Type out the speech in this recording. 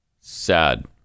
Sad